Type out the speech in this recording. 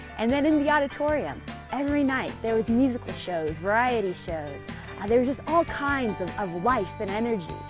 and then in the auditorium every night there was musical shows, variety shows and there just all kinds of of life and energy.